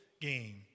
game